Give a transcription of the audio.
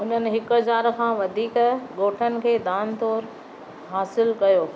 उन्हनि हिकु हज़ार खां वधीक ॻोठनि खे दान तौर हासिलु कयो